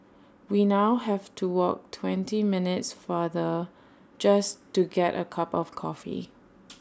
we now have to walk twenty minutes farther just to get A cup of coffee